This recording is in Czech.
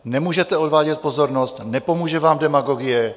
Nemůžete odvádět pozornost, nepomůže vám demagogie.